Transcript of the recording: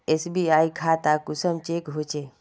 SBI खाता कुंसम check होचे?